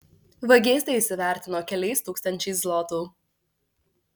vagystę jis įvertino keliais tūkstančiais zlotų